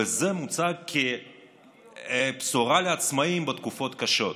וזה מוצג כבשורה לעצמאים בתקופות קשות.